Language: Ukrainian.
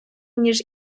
ніж